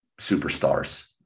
superstars